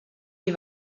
die